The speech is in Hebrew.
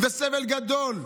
סבל גדול.